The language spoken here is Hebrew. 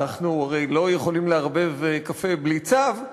אנחנו הרי לא יכולים לערבב קפה בלי צו,